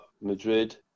madrid